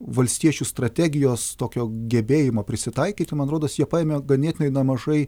valstiečių strategijos tokio gebėjimo prisitaikyti man rodos jie paėmė ganėtinai nemažai